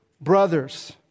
brothers